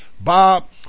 Bob